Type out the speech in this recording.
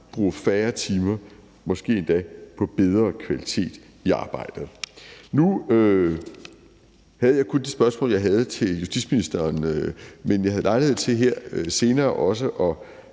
bruger færre timer på måske endda bedre kvalitet i arbejdet. Nu havde jeg kun de spørgsmål, som jeg stillede til justitsministeren, men jeg havde lejlighed til her senere også at